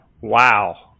wow